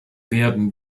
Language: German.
werden